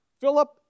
Philip